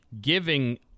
giving